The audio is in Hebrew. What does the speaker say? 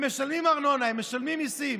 הם משלמים ארנונה, הם משלמים מיסים,